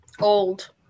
Old